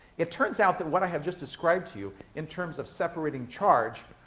it turns out that what i have just described to you, in terms of separating charge,